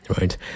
right